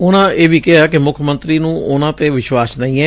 ਉਨੂਾਂ ਇਹ ਵੀ ਕਿਹਾ ਕਿ ਮੁੱਖ ਮੰਤਰੀ ਨੂੰ ਉਨੂਾਂ ਤੇ ਵਿਸ਼ਵਾਸ ਨੱਹੀਂ ਏ